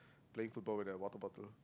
playing football with a water bottle